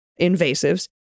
invasives